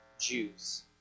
Jews